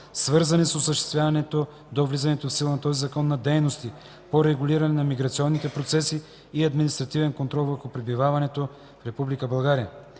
свързани с осъществяването до влизането в сила на този закон на дейности по регулиране на миграционните процеси и административен контрол върху пребиваването в